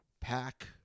Pack